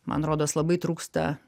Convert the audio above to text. man rodos labai trūksta